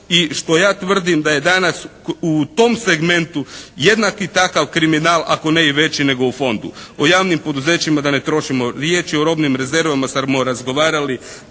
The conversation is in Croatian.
i što ja tvrdim da je danas u tom segmentu jednaki takav kriminal ako ne i veći nego u fondu. O javnim poduzećima da ne trošimo riječi. O robnim rezervama smo razgovarali